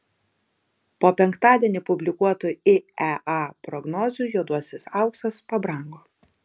po penktadienį publikuotų iea prognozių juodasis auksas pabrango